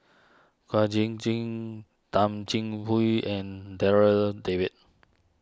Kwek Jin Jin Thum Jin Hui and Darryl David